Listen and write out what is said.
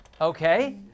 Okay